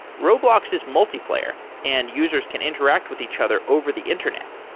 roblox is multiplayer and users can interact with each other over the internet.